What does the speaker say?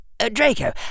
Draco